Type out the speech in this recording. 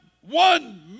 one